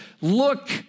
Look